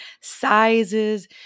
sizes